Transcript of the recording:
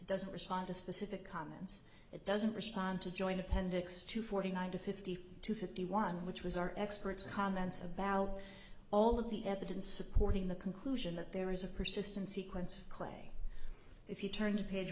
doesn't respond to specific comments it doesn't respond to join appendix two forty nine to fifty two fifty one which was our experts comments about all of the evidence supporting the conclusion that there is a persistent sequence of clay if you turn to page